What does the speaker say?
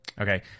Okay